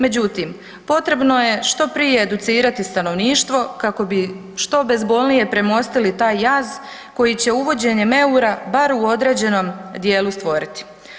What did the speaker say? Međutim, potrebno je što prije educirati stanovništvo kako bi što bezbolnije premostili taj jaz koji će uvođenjem eura bar u određenom dijelu stvoriti.